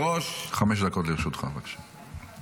חמש דקות לרשותך, בבקשה.